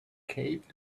cape